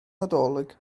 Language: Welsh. nadolig